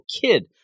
kid